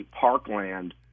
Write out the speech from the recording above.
parkland